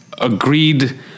Agreed